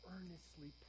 earnestly